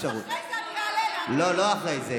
אי-אפשר יותר לסבול, אי-אפשר.